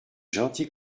gentil